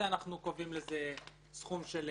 אנחנו קובעים סכום של קנס.